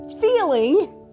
feeling